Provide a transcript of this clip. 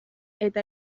eta